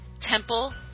Temple